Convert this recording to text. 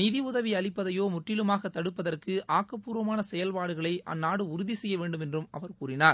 நிதியுதவி அளிப்பதையோ முற்றிலுமாக தடுப்பதற்கு ஆக்கப்பூர்வமான செயல்பாடுகளை அந்நாடு உறுதி செய்யவேண்டுமென்றும் அவர் கூறினார்